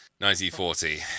1940